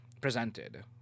presented